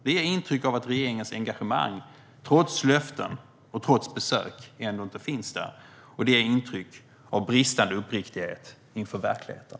Det ger intryck av att regeringens engagemang trots löften och besök ändå inte finns där. Det ger intryck av bristande uppriktighet inför verkligheten.